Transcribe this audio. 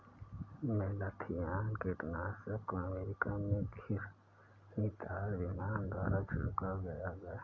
malathion कीटनाशक को America में घिरनीदार विमान द्वारा छिड़काव किया जाता है